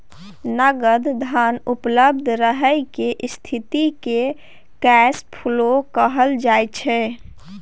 नगद धन उपलब्ध रहय केर स्थिति केँ कैश फ्लो कहल जाइ छै